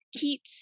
keeps